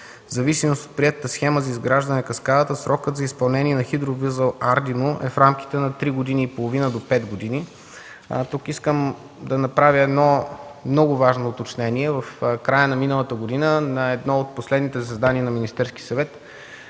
В зависимост от приетата схема за изграждане на каскадата, срокът за изпълнение на хидровъзел „Ардино” е в рамките на три години и половина до пет години. Тук искам да направя едно много важно уточнение. В края на миналата година на едно от последните заседания на Министерския съвет